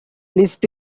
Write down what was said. list